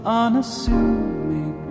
unassuming